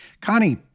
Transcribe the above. Connie